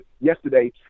yesterday